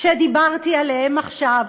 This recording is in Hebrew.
שדיברתי עליהם עכשיו,